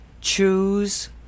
Choose